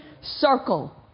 circle